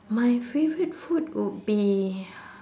my favourite food would be